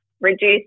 reduce